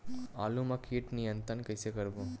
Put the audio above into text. आलू मा कीट नियंत्रण कइसे करबो?